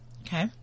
Okay